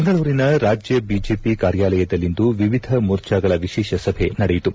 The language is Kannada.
ಬೆಂಗಳೂರಿನ ರಾಜ್ಯ ಬಿಜೆಪಿ ಕಾರ್ಯಾಯಲದಲ್ಲಿಂದು ವಿವಿಧ ಮೋರ್ಚಾಗಳ ವಿಶೇಷ ಸಭೆ ನಡೆಯಿತು